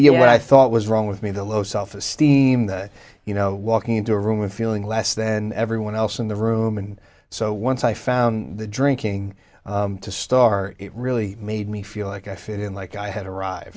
thought was wrong with me the low self esteem that you know walking into a room with feeling less than everyone else in the room and so once i found the drinking to start it really made me feel like i fit in like i had arrived